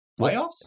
playoffs